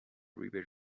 rebel